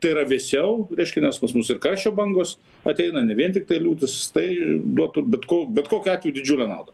tai yra vėsiau reiškia nes pas mus ir karščio bangos ateina ne vien tiktai liūtys tai duotų bet ko bet kokiu atveju didžiulę naudą